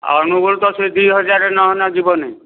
ଆଉ ଅନୁଗୁଳ ତ ସେଇ ଦୁଇ ହଜାରେ ନହେଲେ ଯିବନି